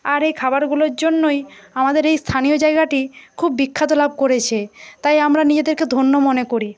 আর এ খাবারগুলোর জন্যই আমাদের এই স্থানীয় জায়গাটি খুব বিখ্যাত লাভ করেছে তাই আমরা নিজেদেরকে ধন্য মনে করি